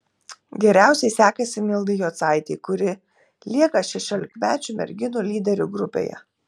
geriausiai sekasi mildai jocaitei kuri lieka šešiolikmečių merginų lyderių grupėje